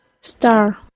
star